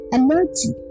energy